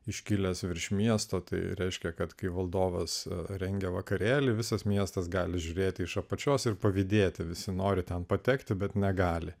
iškilęs virš miesto tai reiškia kad kai valdovas rengia vakarėlį visas miestas gali žiūrėti iš apačios ir pavydėti visi nori ten patekti bet negali